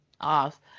off